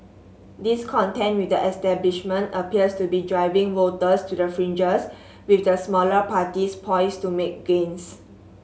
discontent with the establishment appears to be driving voters to the fringes with the smaller parties poised to make gains